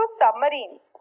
submarines